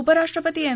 उपराष्ट्रपती एम